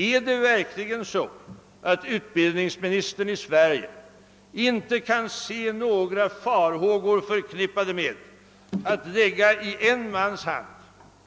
Är det verkligen så, att utbildningsministern i Sverige inte kan se några som helst farhågor förknippade med att i en mans hand